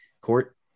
court